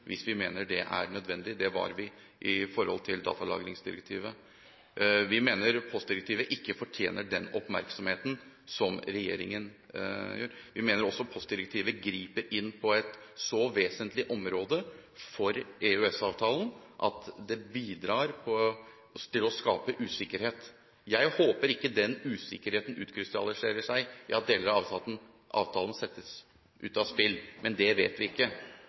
hvis vi mener det er nødvendig. Det var vi med hensyn til datalagringsdirektivet. Vi mener postdirektivet ikke fortjener den oppmerksomheten som regjeringen gir det. Vi mener også postdirektivet griper inn på et så vesentlig område i EØS-avtalen at det bidrar til å skape usikkerhet. Jeg håper ikke den usikkerheten utkrystalliserer seg i at deler av avtalen settes ut av spill. Men det vet vi ikke.